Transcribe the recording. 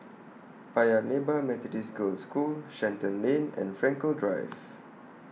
Paya Lebar Methodist Girls' School Shenton Lane and Frankel Drive